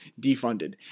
defunded